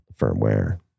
firmware